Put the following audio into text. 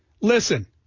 listen